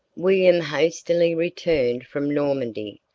william hastily returned from normandy,